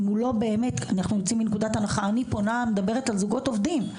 אני מדברת על זוגות עובדים.